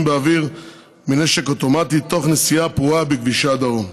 באוויר מנשק אוטומטי תוך נסיעה פרועה בכבישי הדרום.